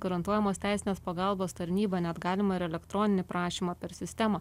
garantuojamos teisinės pagalbos tarnybą net galima ir elektroninį prašymą per sistemą